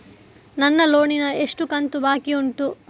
ನನ್ನ ಲೋನಿನ ಎಷ್ಟು ಕಂತು ಬಾಕಿ ಉಂಟು?